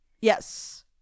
yes